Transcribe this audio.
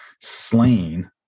slain